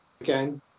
again